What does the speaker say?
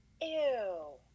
Ew